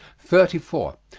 thirty four.